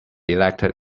elected